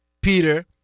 Peter